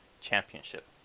championship